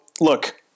Look